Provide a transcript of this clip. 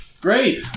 Great